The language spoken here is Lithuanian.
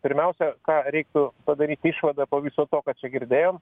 pirmiausia ką reiktų padaryti išvadą po viso to ką čia girdėjom